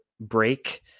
break